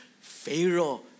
Pharaoh